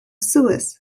suez